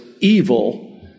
evil